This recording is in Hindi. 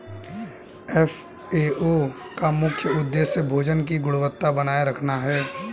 एफ.ए.ओ का मुख्य उदेश्य भोजन की गुणवत्ता बनाए रखना है